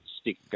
stick